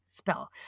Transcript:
spell